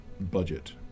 budget